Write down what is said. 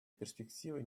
перспектива